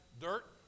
dirt